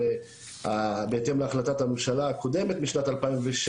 הרי בהתאם להחלטת הממשלה הקודמת בשנת 2007,